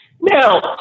now